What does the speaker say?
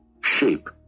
shape